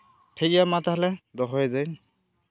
ᱴᱷᱤᱠᱜᱮᱭᱟ ᱢᱟ ᱛᱟᱦᱚᱞᱮ ᱫᱚᱦᱚᱭᱮᱫᱟᱹᱧ